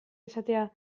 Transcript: izatea